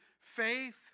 faith